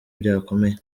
byakomeye